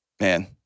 Man